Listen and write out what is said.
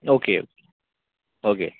okay okay